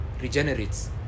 regenerates